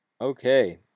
Okay